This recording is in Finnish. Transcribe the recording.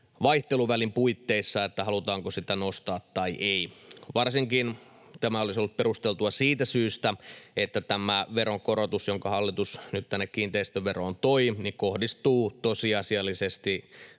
vaihteluvälin puitteissa omaa harkintaa siitä, halutaanko sitä nostaa vai ei. Tämä olisi ollut perusteltua varsinkin siitä syystä, että tämä veronkorotus, jonka hallitus nyt tänne kiinteistöveroon toi, kohdistuu tosiasiallisesti